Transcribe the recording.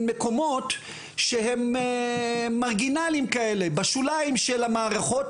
למקומות שהם בשוליים של המערכות,